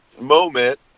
moment